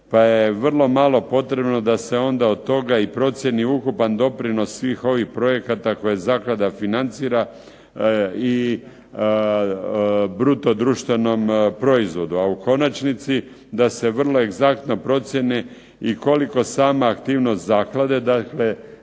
pa je vrlo malo potrebno da se onda od toga i procijeni ukupan doprinos svih ovih projekata koje zaklada financira i bruto društvenom proizvodu, a u konačnici da se vrlo egzaktno procijene i koliko sama aktivnost zaklade dakle